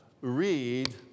read